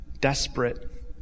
desperate